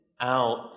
out